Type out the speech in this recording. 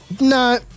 no